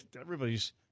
Everybody's